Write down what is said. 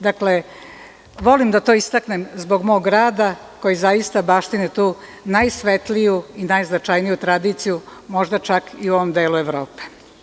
Dakle, volim da to istaknem zbog mog grada koji zaista baštini tu najsvetliju i najznačajniju tradiciju, možda čak i u ovom delu Evrope.